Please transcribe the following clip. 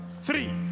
three